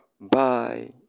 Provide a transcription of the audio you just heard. bye